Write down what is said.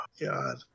God